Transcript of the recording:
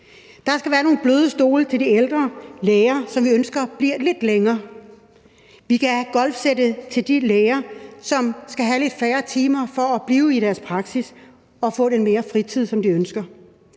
Der skal være nogle bløde stole til de ældre læger, som vi ønsker bliver lidt længere. Vi skal have golfsættet til de læger, som skal have lidt færre timer for at blive i deres praksis og få lidt mere fritid, som de ønsker.